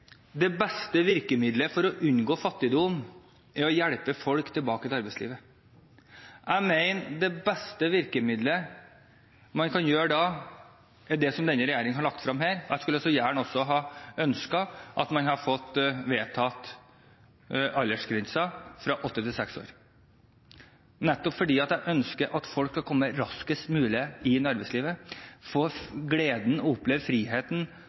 det beste virkemiddelet for å unngå fattigdom er å hjelpe folk tilbake til arbeidslivet. Jeg mener det beste virkemiddelet man kan bruke da, er det som denne regjeringen har lagt frem her. Jeg skulle også ønsket at man hadde fått vedtatt å endre aldersgrensen fra åtte år til seks år, nettopp fordi jeg ønsker at folk skal komme raskest mulig inn i arbeidslivet, og at de skal få oppleve gleden og friheten ved å